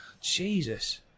Jesus